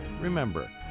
Remember